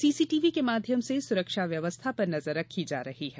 CCTV कैमरों के माध्यम से सुरक्षा व्यवस्था पर नजर रखी जा रही है